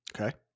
Okay